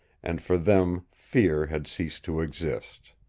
and for them fear had ceased to exist.